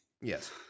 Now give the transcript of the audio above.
Yes